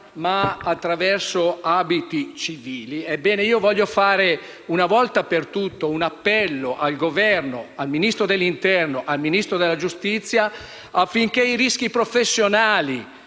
ma in abiti civili. Voglio fare una volta per tutte un appello al Governo, al Ministro dell’interno e al Ministro della giustizia affinché i rischi professionali